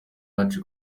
yacu